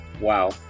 wow